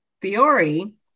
Fiore